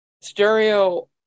stereo